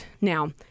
Now